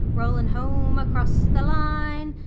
rollin' home across the line,